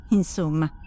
insomma